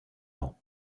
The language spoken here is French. ans